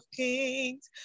kings